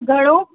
घणो